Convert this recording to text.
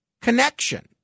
connection